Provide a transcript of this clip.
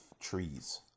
trees